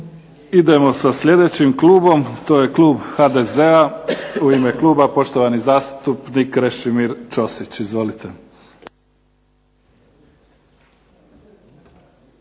Idemo sa sljedećim klubom, to je klub HDZ-a. U ime kluba poštovani zastupnik Krešimir Ćosić. **Ćosić,